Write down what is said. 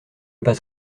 passe